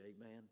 Amen